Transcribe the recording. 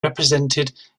represented